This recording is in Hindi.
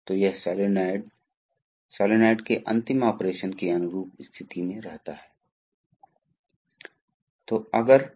इसलिए यदि आप आगे और पीछे की गति बनाना चाहते हैं तो हमें प्रवाह की दिशा को अपने आप बदलना होगा